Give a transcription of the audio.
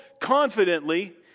confidently